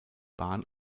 bahn